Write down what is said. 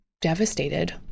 devastated